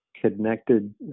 connected